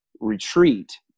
retreat